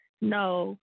no